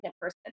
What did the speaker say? person